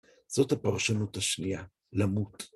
זאת הפרשנות השנייה, למות.